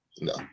No